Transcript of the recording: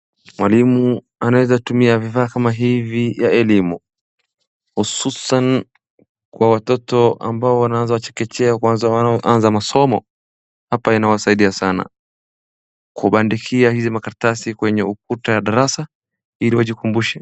Mwalimu anaweza kutumia vifaa kama hivi ya elimu hususan kwa watoto ambao wanaaza chekechea kwaza wanaoaza masomo hapa inawasaidia sana. Kubadikia hizi makaratasi kwenye ukuta ya darasa ili wajikumbushe.